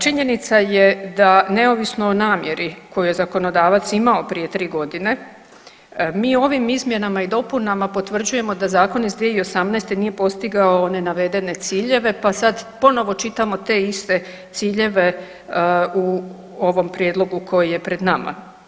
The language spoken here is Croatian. Činjenica je da neovisno o namjeri koju je zakonodavac imao prije tri godine, mi ovim izmjenama i dopunama da zakon iz 2018.nije postigao one navedene ciljeve, pa sad ponovo čitamo te iste ciljeve u ovom prijedlogu koji je pred nama.